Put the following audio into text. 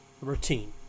Routine